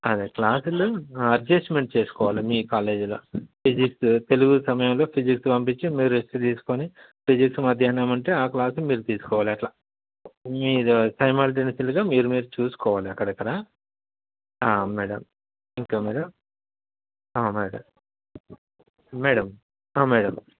అదే క్లాసులు అడ్జస్ట్మెంట్ చేసుకోవాలా మీ కాలేజీలో ఫిజిక్స్ తెలుగు సమయంలో ఫిజిక్సు పంపించి మీరు రెస్ట్ తీసుకోని ఫిజిక్స్ మధ్యాహ్నం ఉంటే ఆ క్లాసు మీరు తీసుకోవాలి అట్లా మీరు సైమల్టెనేయస్లీగా మీరు మీరు చూసుకోవాలి అక్కడక్కడ మేడం ఇంకా మేడం మేడం మేడం మేడం